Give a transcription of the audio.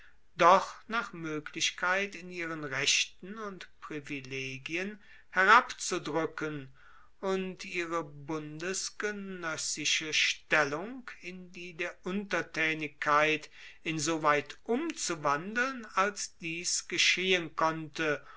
doch nach moeglichkeit in ihren rechten und privilegien herabzudruecken und ihre bundesgenoessische stellung in die der untertaenigkeit insoweit umzuwandeln als dies geschehen konnte